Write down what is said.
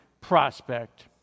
prospect